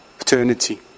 eternity